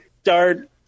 start